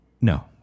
No